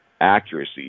accuracy